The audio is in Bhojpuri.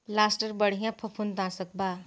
लस्टर बढ़िया फंफूदनाशक बा